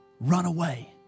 runaway